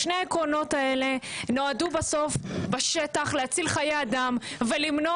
שני העקרונות האלה נועדו בסוף בשטח להציל חיי אדם ולמנוע